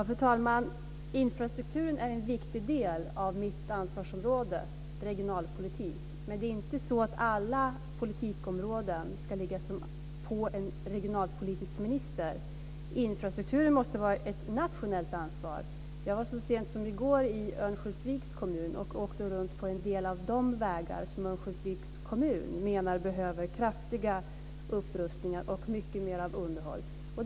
Fru talman! Infrastrukturen är en viktig del av mitt ansvarsområde, regionalpolitiken, men alla politikområden ska inte ligga på en regionalpolitisk minister. Infrastrukturen måste vara ett nationellt ansvar. Jag var så sent som i går i Örnsköldsviks kommun och åkte runt på en del av de vägar som Örnsköldsviks kommun menar behöver kraftiga upprustningar och mycket mer av underhåll.